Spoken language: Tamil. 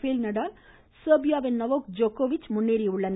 பேல் நடால் செர்பியாவின் நொவாக் ஜோக்கோவிச் முன்னேறியுள்ளனர்